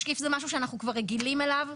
משקיף זה משהו שאנחנו כבר רגילים אליו.